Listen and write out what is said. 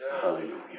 Hallelujah